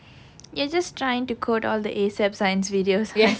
your just trying to quote all the A_S_A_P science videos